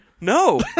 No